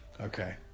Okay